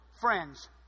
friends